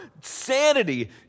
sanity